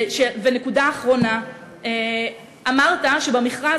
ונקודה אחרונה: אמרת שבוועדת הבוחנים במכרז